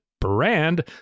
brand